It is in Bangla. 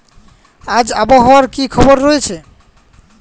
আজ আবহাওয়ার কি খবর রয়েছে?